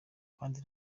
kandi